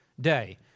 day